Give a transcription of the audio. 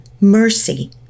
mercy